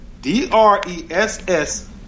D-R-E-S-S